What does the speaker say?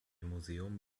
museum